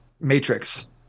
Matrix